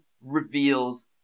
reveals